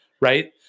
right